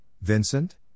Vincent